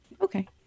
okay